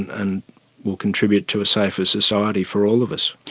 and will contribute to a safer society for all of us.